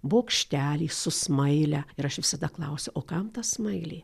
bokštelį su smaile ir aš visada klausiu o kam ta smailė